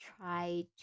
try